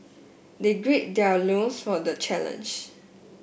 they grade their loins for the challenge